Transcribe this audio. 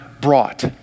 brought